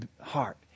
heart